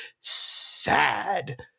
sad